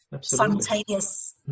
simultaneous